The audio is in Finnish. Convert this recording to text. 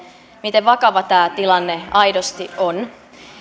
miten vakava tämä tilanne aidosti on